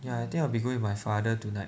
ya I think I will be going with my father tonight